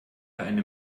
eine